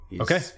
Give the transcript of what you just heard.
Okay